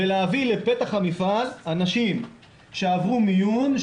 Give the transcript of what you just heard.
ולהביא לפתח המפעל אנשים שעברו מיון,